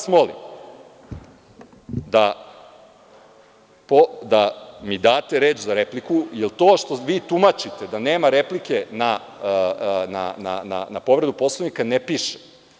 Molim vas da mi date reč za repliku, jer to što vi tumačite da nema replike na povredu Poslovnika ne piše.